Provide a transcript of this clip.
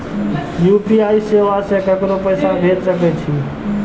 UPI सेवा से ककरो पैसा भेज सके छी?